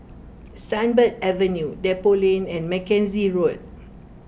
Sunbird Avenue Depot Lane and Mackenzie Road